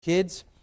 Kids